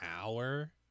hour